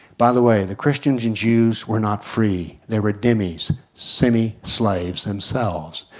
by the way the christians and jews were not free they were dhimmis, semi-slaves themselves.